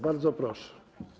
Bardzo proszę.